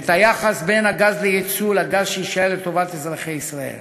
את היחס בין הגז לייצוא לגז שיישאר לטובת אזרחי ישראל.